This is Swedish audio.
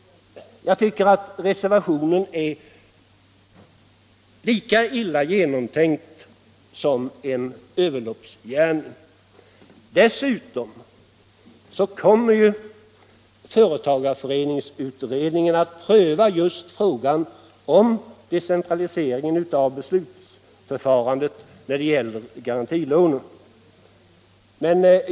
Den är både illa genomtänkt och en överloppsgärning. Dessutom kommer företagareföreningsutredningen att pröva frågan om decentralisering av beslutsförfarandet för garantilånen.